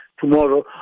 tomorrow